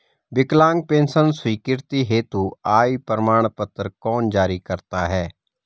विकलांग पेंशन स्वीकृति हेतु आय प्रमाण पत्र कौन जारी करता है?